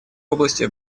области